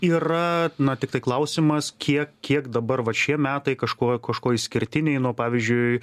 yra na tiktai klausimas kiek kiek dabar va šie metai kažkuo kažkuo išskirtiniai nuo pavyzdžiui